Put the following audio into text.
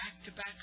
back-to-back